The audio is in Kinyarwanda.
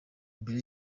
imbere